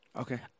Okay